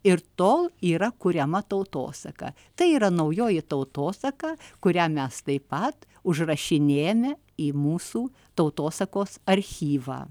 ir tol yra kuriama tautosaka tai yra naujoji tautosaka kurią mes taip pat užrašinėjame į mūsų tautosakos archyvą